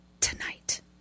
Tonight